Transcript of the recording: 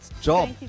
job